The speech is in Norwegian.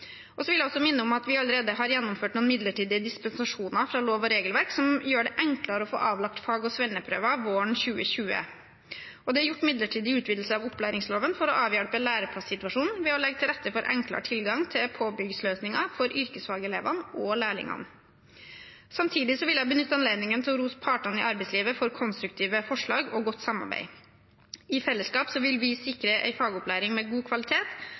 vil også minne om at vi allerede har gjennomført noen midlertidige dispensasjoner fra lov- og regelverk som gjør det enklere å få avlagt fag- og svenneprøver våren 2020. Det er gjort midlertidige utvidelser av opplæringsloven for å avhjelpe læreplassituasjonen ved å legge til rette for enklere tilgang til påbyggingsløsninger for yrkesfagelevene og lærlingene. Samtidig vil jeg benytte anledningen til å rose partene i arbeidslivet for konstruktive forslag og godt samarbeid. I fellesskap vil vi sikre en fagopplæring med god kvalitet